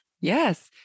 Yes